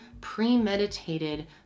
premeditated